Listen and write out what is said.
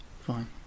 Fine